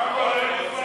התשע"ה 2015, נתקבלה.